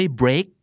break